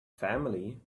family